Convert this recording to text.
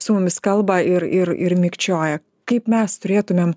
su mumis kalba ir ir ir mikčioja kaip mes turėtumėm